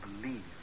believe